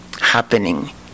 happening